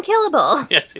unkillable